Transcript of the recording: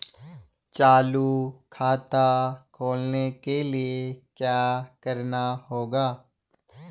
चालू खाता खोलने के लिए क्या करना होगा?